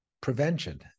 prevention